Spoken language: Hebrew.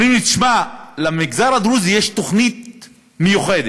אומרים לי: תשמע, למגזר הדרוזי יש תוכנית מיוחדת.